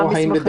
המסמכים.